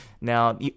Now